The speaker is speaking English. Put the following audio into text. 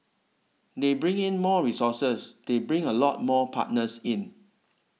they bring in more resources they bring a lot more partners in